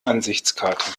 ansichtskarte